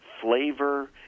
flavor